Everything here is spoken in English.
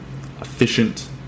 efficient